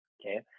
okay